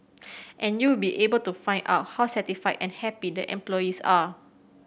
and you'd be able to find out how satisfied and happy the employees are